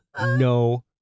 no